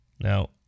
Now